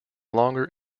longer